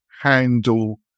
handle